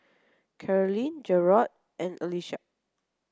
Carlene Jerrod and Alisa